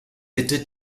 bitte